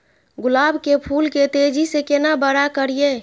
गुलाब के फूल के तेजी से केना बड़ा करिए?